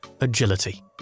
Agility